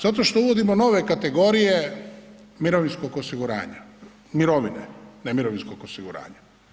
Zato što uvodimo nove kategorije mirovinskog osiguranja, mirovine, ne mirovinskog osiguranja.